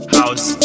house